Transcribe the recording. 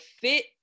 fit